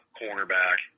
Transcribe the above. cornerback